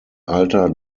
alter